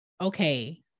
okay